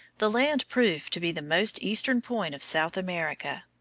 the land proved to be the most eastern point of south america.